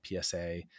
PSA